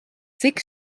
cik